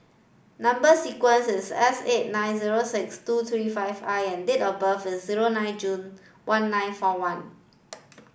number sequence is S eight nine zero six two three five I and date of birth is zero nine June one nine four one